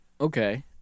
okay